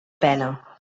pena